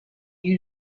you